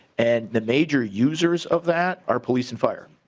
and the major users of that our police and fire.